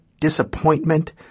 disappointment